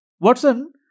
Watson